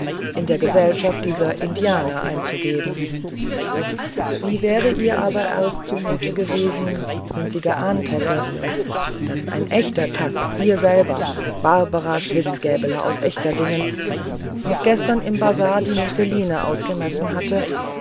in der gesellschaft dieser indianer einzugeben wie wäre ihr aber erst zumute gewesen wenn sie geahnt hätte daß ein echter thag ihr selber barbara schwitzgäbele aus echterdingen noch gestern im bazar die musseline ausgemessen hatte